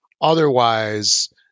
Otherwise –